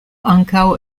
ankaŭ